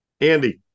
Andy